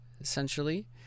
essentially